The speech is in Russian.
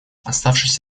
оставшись